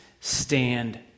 stand